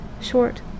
short